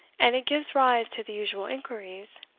and it gives rise to the usual inquiries,